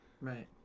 Right